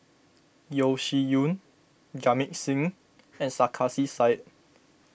Yeo Shih Yun Jamit Singh and Sarkasi Said